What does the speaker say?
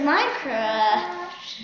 Minecraft